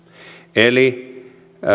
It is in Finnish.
eli